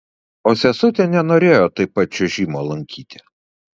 o sesutė nenorėjo taip pat čiuožimo lankyti